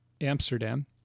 Amsterdam